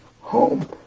home